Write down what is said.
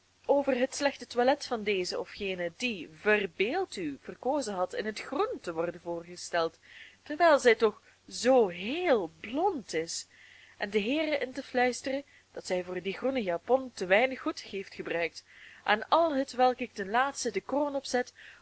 over het slechte toilet van deze of gene die verbeeld u verkozen had in het groen te worden voorgesteld terwijl zij toch zoo heel blond is en den heeren in te fluisteren dat zij voor die groene japon te weinig goed heeft gebruikt aan al hetwelk ik ten laatste de kroon opzet